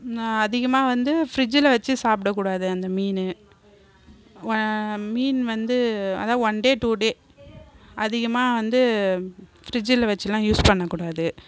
அதிகமாக வந்து ஃபிரிட்ஜில் வச்சு சாப்பிடக்கூடாது அந்த மீன் மீன் வந்து அதுதான் ஒன் டே டூ டே அதிகமாக வந்து ஃபிரிட்ஜில் வச்சுலாம் யூஸ் பண்ணக்கூடாது